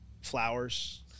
flowers